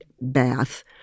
bath